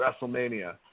WrestleMania